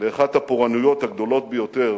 לאחת הפורענויות הגדולות ביותר